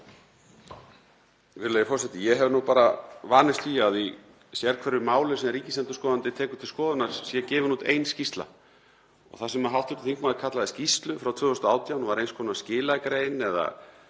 Virðulegi forseti. Ég hef nú bara vanist því að í sérhverju máli sem ríkisendurskoðandi tekur til skoðunar sé gefin út ein skýrsla og það sem hv. þingmaður kallaði skýrslu frá 2018 var eins konar skilagrein eða